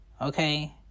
okay